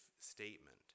statement